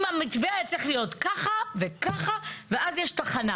אם המתווה היה צריך להיות ככה וככה ואז יש תחנה